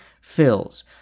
fills